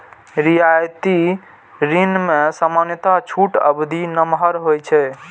रियायती ऋण मे सामान्यतः छूट अवधि नमहर होइ छै